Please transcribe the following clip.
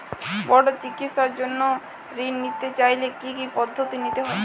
বড় চিকিৎসার জন্য ঋণ নিতে চাইলে কী কী পদ্ধতি নিতে হয়?